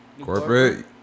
Corporate